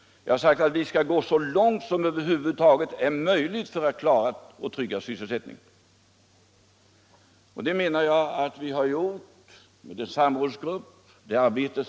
Jag har sagt att vi skall gå så långt det över huvud taget är möjligt för att trygga sysselsättningen. Det menar jag att vi har gjort med det arbete som utförs inom samrådsgruppen.